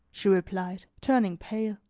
she replied, turning pale.